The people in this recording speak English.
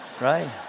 right